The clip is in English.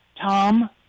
Tom